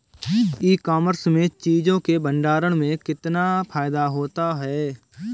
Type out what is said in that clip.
ई commerce में चीज़ों के भंडारण में कितना फायदा होता है?